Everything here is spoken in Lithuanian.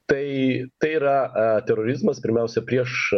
tai tai yra a terorizmas pirmiausia prieš